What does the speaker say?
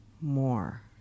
more